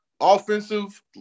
offensive